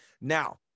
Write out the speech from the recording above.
Now